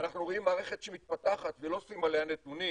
אנחנו רואים מערכת שמתפתחת ולא אוספים עליה נתונים,